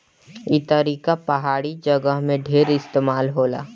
ई तरीका पहाड़ी जगह में ढेर इस्तेमाल होला